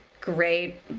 great